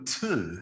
two